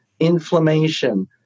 Inflammation